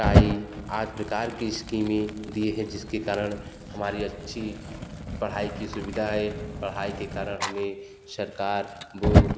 tie आदि प्रकार की स्कीमें दिए हैं जिसके कारण हमारी अच्छी पढ़ाई की सुविधा है पढ़ाई के कारण हमें सरकार वो